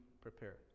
prepare